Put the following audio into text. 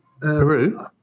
Peru